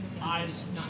eyes